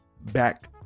back